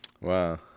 wow